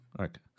okay